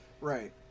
Right